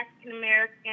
African-American